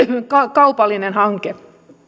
kaupallinen hanke